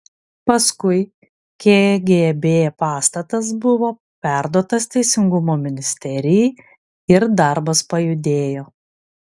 paskui kgb pastatas buvo perduotas teisingumo ministerijai ir darbas pajudėjo